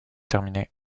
terminée